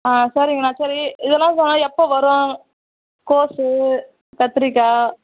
ஆ சரிங்கண்ணா சரி இதெல்லாம் சொன்னால் எப்போ வரும் கோஸு கத்திரிக்காய்